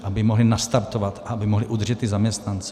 Aby mohly nastartovat a aby mohly udržet zaměstnance.